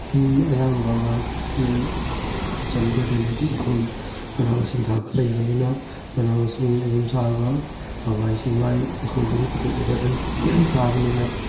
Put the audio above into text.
ꯌꯨꯝ ꯑꯌꯥꯝꯕ ꯃꯍꯥꯛꯀꯤ ꯀꯤꯆꯟ ꯒꯥꯔꯗꯦꯟ ꯍꯥꯏꯗꯤ ꯏꯪꯈꯣꯜ ꯃꯅꯥ ꯃꯁꯤꯡ ꯊꯥꯕ ꯂꯩꯕꯅꯤꯅ ꯃꯅꯥ ꯃꯁꯤꯡ ꯑꯗꯨꯝ ꯆꯥꯕ ꯍꯋꯥꯏ ꯆꯦꯡꯋꯥꯏ ꯏꯪꯈꯣꯜꯗꯒꯤ ꯄꯨꯊꯣꯛꯑꯒ ꯑꯗꯨꯝ ꯆꯥꯕꯅꯤꯅ